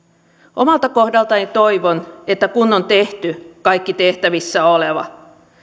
omalta kohdaltani toivon että kun on tehty kaikki tehtävissä oleva